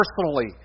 personally